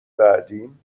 بعدیم